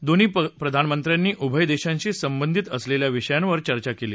दोन्ही प्रधामंत्र्यांनी उभय देशांशी संबंधित असलेल्या विषयांवर चर्चा केली